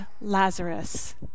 Lazarus